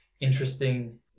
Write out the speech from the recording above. interesting